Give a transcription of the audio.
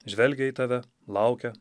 žvelgia į tave laukia